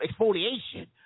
exfoliation